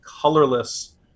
colorless